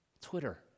Twitter